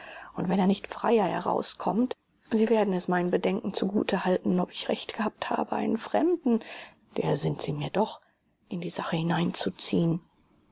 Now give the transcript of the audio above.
und wenn er nicht freier herauskommt sie werden es meinen bedenken zugute halten ob ich recht getan habe einen fremden der sind sie mir doch in die sache hineinzuziehen